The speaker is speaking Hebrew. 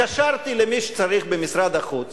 התקשרתי למי שצריך במשרד החוץ,